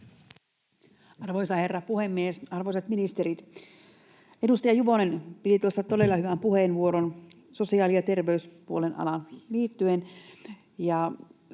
Arvoisa herra puhemies! Arvoisat ministerit! Edustaja Juvonen piti tuossa todella hyvän puheenvuoron sosiaali- ja terveyspuolen alaan liittyen.